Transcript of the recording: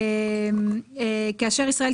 הסתייגות מספר 1. בסעיף 52,